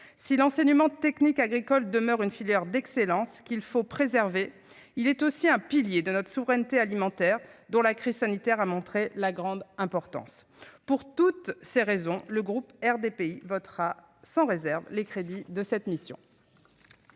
à l'enseignement technique agricole. Si celui-ci demeure une filière d'excellence, qu'il faut préserver, il est aussi un pilier de notre souveraineté alimentaire, dont la crise sanitaire a montré la grande importance. Pour toutes ces raisons, le groupe RDPI votera sans réserve les crédits de cette mission.